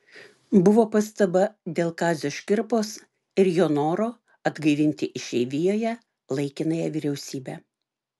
buvo pastaba dėl kazio škirpos ir jo noro atgaivinti išeivijoje laikinąją vyriausybę